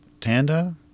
Tanda